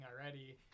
already